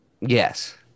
Yes